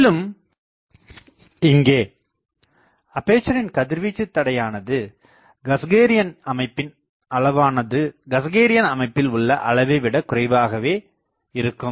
மேலும் இங்கே அப்பேசரின் கதிர்வீச்சு தடையானது கஸக்ரேயன் அமைப்பின் அளவானது கிரகோரியன் அமைப்பில் உள்ள அளவைவிட குறைவாகவே இருக்கும்